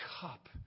cup